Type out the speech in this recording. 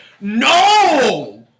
No